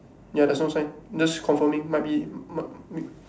ya there's no sign just confirming might be might be